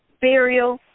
Burial